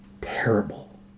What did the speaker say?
terrible